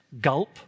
Gulp